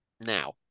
now